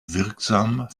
wirksam